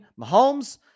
Mahomes